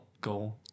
go